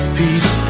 peace